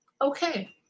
okay